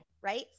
right